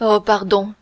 oh pardon